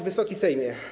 Wysoki Sejmie!